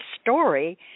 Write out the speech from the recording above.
story